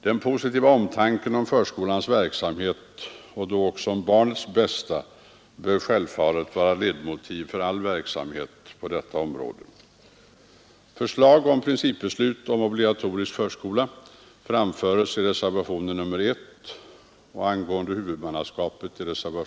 Den positiva omtanken om förskolans verksamhet och då också om barnens bästa, bör självfallet vara ledmotiv för all verksamhet på detta område.